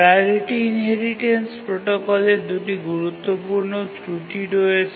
priority inheritance প্রোটোকলের দুটি গুরুত্বপূর্ণ ত্রুটি রয়েছে